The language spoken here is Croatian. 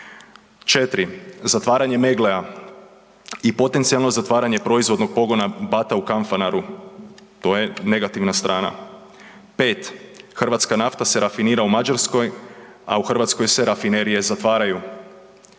zatvaranje Meggle-a i potencijalno zatvaranje proizvodnog pogona Bata u Kanfanaru to je negativna strana. Pet, hrvatska nafta se rafinira u Mađarskoj, a u Hrvatskoj se rafinerije zatvaraju.